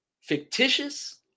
Fictitious